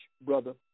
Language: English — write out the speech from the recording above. brother